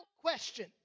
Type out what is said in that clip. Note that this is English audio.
question